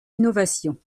innovations